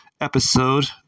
episode